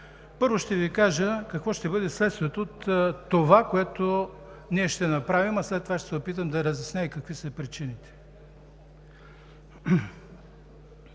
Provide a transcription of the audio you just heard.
Първо ще Ви кажа какво ще бъде следствието от това, което ще направим, а след това ще се опитам да разясня и какви ще са причините.